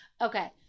Okay